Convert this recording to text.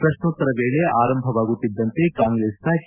ಪ್ರಕ್ನೋತ್ತರ ವೇಳೆ ಆರಂಭವಾಗುತ್ತಿದ್ದಂತೆ ಕಾಂಗ್ರೆಸ್ನ ಕೆ